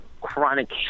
chronic